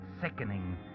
sickening